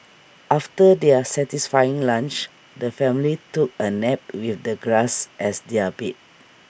after their satisfying lunch the family took A nap with the grass as their bed